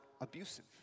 abusive